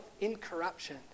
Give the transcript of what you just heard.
incorruption